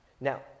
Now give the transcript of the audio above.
Now